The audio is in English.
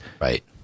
Right